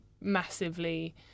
massively